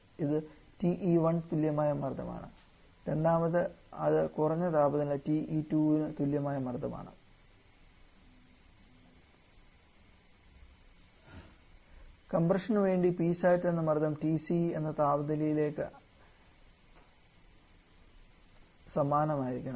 ഇത് TE1 തുല്യമായ മർദ്ദമാണ് രണ്ടാമത് അത് കുറഞ്ഞ താപനില TE2 തുല്യമായ മർദ്ദമാണ് കംപ്രഷൻ വേണ്ടി Psat എന്ന മർദ്ദം TC എന്ന താപനിലയ്ക്ക് സമാനമായിരിക്കണം